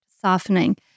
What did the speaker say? softening